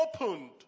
opened